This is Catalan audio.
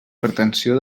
pretensió